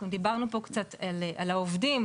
דיברנו פה קצת על העובדים,